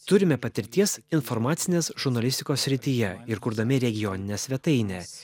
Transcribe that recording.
turime patirties informacinės žurnalistikos srityje ir kurdami regioninę svetainę